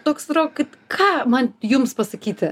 toks atrodo kad ką man jums pasakyti